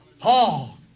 Paul